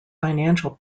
financial